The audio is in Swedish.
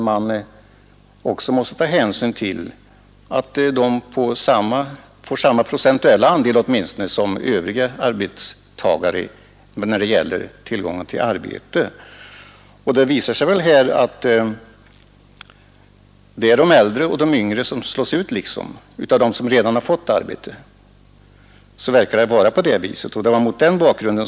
Man måste se till att ungdomarna får åtminstone samma procentuella andel som övriga arbetstagare av tillgängligt arbete. Det är ofta de äldre och de yngre som slås ut bland dem som redan fått arbete. Vad gäller de äldre har vi ju nu lagstiftningen om äldre arbetskraft.